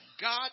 God